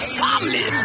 family